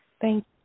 Thank